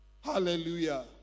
Hallelujah